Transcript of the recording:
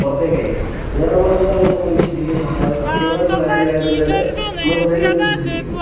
പുറത്തേക്കയക്കും എന്ന് പറഞ്ഞാൽ നമ്മളെന്തായാലും നമ്മൾ വിശ്വസിക്കും കാരണം അത് സത്യമായിട്ടുള്ള കാര്യമായത് കൊണ്ട് തന്നെ നമ്മളെന്തായാലും അത് വിശ്വസിക്കും